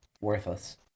Worthless